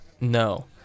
No